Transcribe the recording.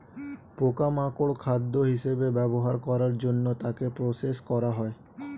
পোকা মাকড় খাদ্য হিসেবে ব্যবহার করার জন্য তাকে প্রসেস করা হয়